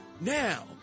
Now